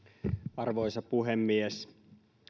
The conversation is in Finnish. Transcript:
arvoisa puhemies